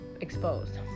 exposed